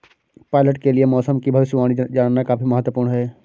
pilot के लिए मौसम की भविष्यवाणी जानना काफी महत्त्वपूर्ण है